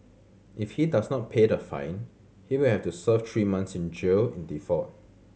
if he does not pay the fine he will have to serve three months in jail in default